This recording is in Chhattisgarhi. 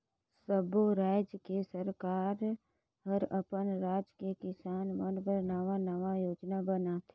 सब्बो रायज के सरकार हर अपन राज के किसान मन बर नांवा नांवा योजना बनाथे